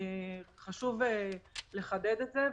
חשוב לחדד את זה,